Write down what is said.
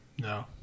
No